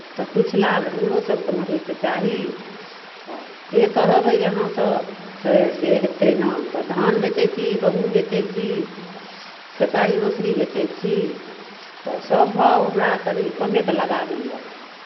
तऽ किछु लाभ हमरोसभकेँ ने होयके चाही तऽ जे कहबै अहाँसभ से से हेतै ने तऽ धान बेचै छी गहुम बेचै छी खेसारी मसुरी बेचै छी तऽ सभ भाव हमरा कनी कमेके लगाबैए